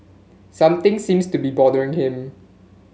something seems to be bothering him